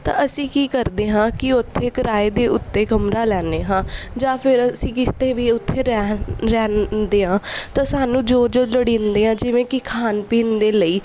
ਤਾਂ ਅਸੀਂ ਕੀ ਕਰਦੇ ਹਾਂ ਕਿ ਉੱਥੇ ਕਿਰਾਏ ਦੇ ਉੱਤੇ ਕਮਰਾ ਲੈਂਦੇ ਹਾਂ ਜਾਂ ਫਿਰ ਅਸੀਂ ਕਿਸੇ ਤੇ ਵੀ ਉੱਥੇ ਰਹਿਨ ਰਹਿੰਦੇ ਹਾਂ ਤਾਂ ਸਾਨੂੰ ਜੋ ਜੋ ਲੋੜੀਂਦੇ ਹੈ ਜਿਵੇਂ ਕਿ ਖਾਣ ਪੀਣ ਦੇ ਲਈ